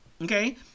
Okay